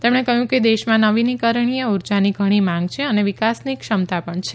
તેમણે કહ્યું કે દેશમાં નવીનીકરણીય ઉર્જાની ઘણી માંગ છે અને વિકાસની ક્ષમતા પણ છે